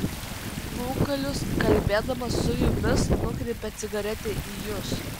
rūkalius kalbėdamas su jumis nukreipia cigaretę į jus